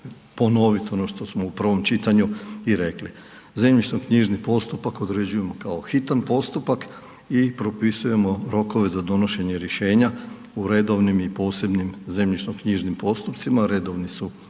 ponoviti ono što smo u prvom čitanju i rekli. Zemljišnoknjižni postupak određujemo kao hitan postupak i propisujemo rokove za donošenje rješenja u redovnim i posebnim zemljišnoknjižnim postupcima. Redovni su